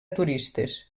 turistes